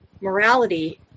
morality